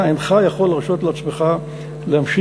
אתה אינך יכול להרשות לעצמך להמשיך,